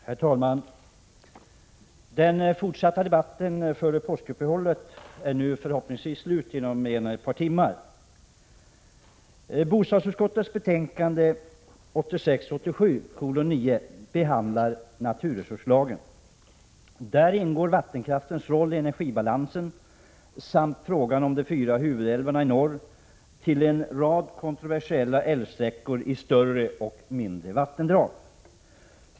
Herr talman! Debatten om detta ärende, som påbörjades före påskuppehållet, är förhoppningsvis slut om en. eller ett par timmar. Bostadsutskottets betänkande 1986/87:9 behandlar naturresurslagen. Där ingår vattenkraftens roll i energibalansen samt frågan om de fyra huvudälvarna i norr och en rad konventionella älvsträckor i större och mindre vattendrag.